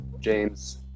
James